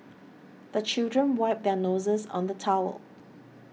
the children wipe their noses on the towel